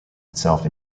itself